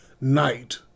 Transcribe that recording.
night